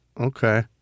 Okay